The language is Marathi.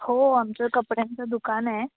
हो आमचं कपड्यांचं दुकान आहे